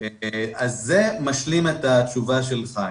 זה משלים את התשובה של חיים.